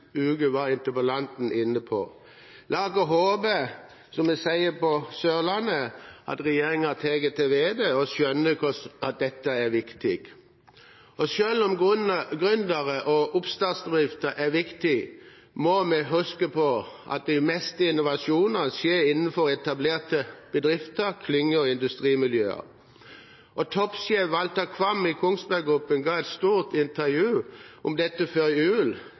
var interpellanten inne på. «La okke håbe», som vi sier på Sørlandet, at regjeringen tar til vettet og skjønner at dette er viktig. Og selv om gründere og oppstartsbedrifter er viktig, må vi huske på at de fleste innovasjonene skjer innenfor etablerte bedrifter, klynger og industrimiljøer. Toppsjef Walter Qvam i Kongsberg Gruppen ga et stort intervju om dette før jul,